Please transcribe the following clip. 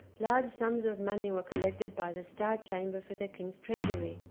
large sums of money were collected by the star chamber for the king's treasury,